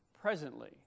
presently